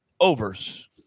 overs